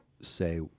say